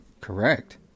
Correct